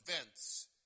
events